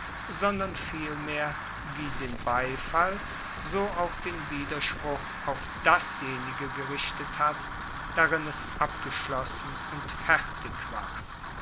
sondern vielmehr wie den beifall so auch den widerspruch auf dasjenige gerichtet hat darin es abgeschlossen und fertig war